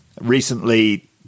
recently